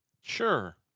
Sure